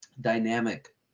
dynamic